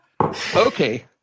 Okay